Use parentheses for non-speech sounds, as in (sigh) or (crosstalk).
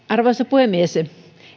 (unintelligible) arvoisa puhemies